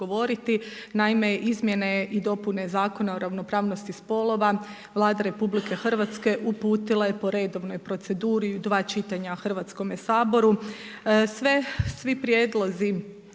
naime izmjene i dopune Zakona o ravnopravnosti spolova Vlada RH uputila je po redovnoj proceduri u dva čitanja Hrvatskome saboru. Svi prijedlozi